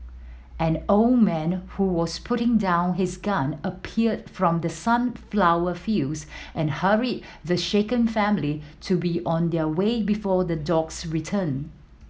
an old man who was putting down his gun appeared from the sunflower fields and hurried the shaken family to be on their way before the dogs return